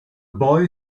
boy